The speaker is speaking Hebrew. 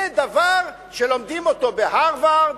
זה דבר שלומדים אותו בהרווארד.